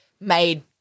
made